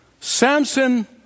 Samson